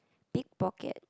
pick pocket